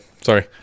sorry